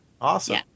Awesome